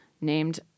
named